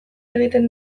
egiten